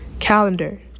Calendar